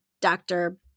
doctor